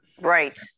Right